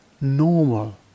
normal